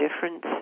difference